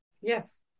Yes